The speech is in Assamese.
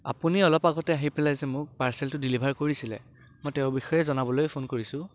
আপুনি অলপ আগতে যে আহিপেলাই মোক পাৰ্চেলটো ডিলিভাৰ কৰিছিলে মই তেওঁ বিষয়ে জনাবলৈ ফোন কৰিছোঁ